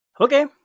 Okay